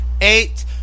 Eight